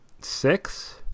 six